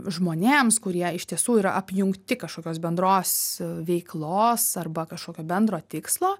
žmonėms kurie iš tiesų yra apjungti kažkokios bendros veiklos arba kažkokio bendro tikslo